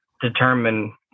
determine